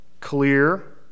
clear